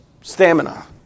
stamina